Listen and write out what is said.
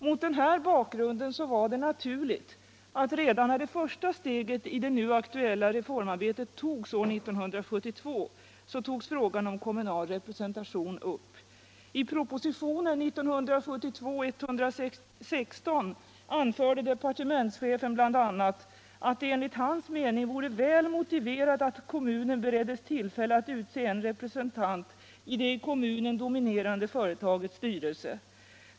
Mot den bakgrunden var det naturligt att redan när första steget i det nu aktuella reformarbetet togs år 1972, så aktualiserades frågan om kommunal representation. I proposition 1972:116 anförde departementschefen bl.a. att det enligt hans mening vore väl motiverat att kommunen bereddes tillfälle att utse en representant i det i kommunen dominerande företagets styrelse.